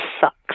sucks